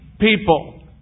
people